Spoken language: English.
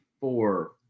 four